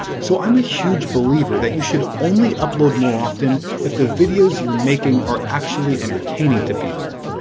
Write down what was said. so i am a huge believer that you should only upload more often if the videos you're making are actually entertaining to people.